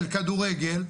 כדורגל,